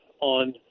on